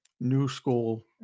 new-school